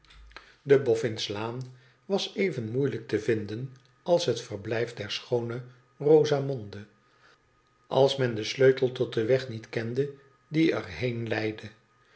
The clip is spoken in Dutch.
de boffin's laan was even moeilijk te vinden als het verblijf der schoone rozamonde als men den sleutel tot den weg niet kende die er heen leidde